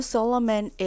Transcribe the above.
Solomon